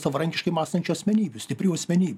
savarankiškai mąstančių asmenybių stiprių asmenybių